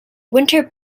winter